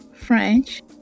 French